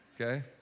Okay